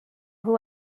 who